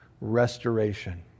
restoration